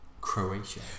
Croatia